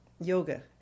yoga